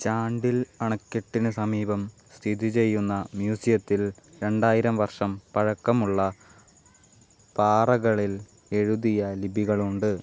ചാൻഡിൽ അണക്കെട്ടിന് സമീപം സ്ഥിതി ചെയ്യുന്ന മ്യൂസിയത്തിൽ രണ്ടായിരം വർഷം പഴക്കമുള്ള പാറകളിൽ എഴുതിയ ലിപികളുണ്ട്